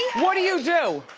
what do you do?